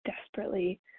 desperately